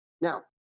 Now